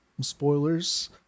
spoilers